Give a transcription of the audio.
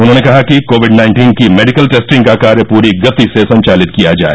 उन्होंने कहा कि कोविड नाइन्टीन की मेडिकल टेस्टिंग का कार्य पूरी गति से संचालित किया जाए